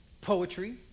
poetry